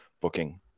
booking